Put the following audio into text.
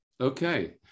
Okay